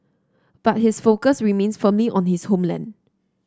but his focus remains firmly on his homeland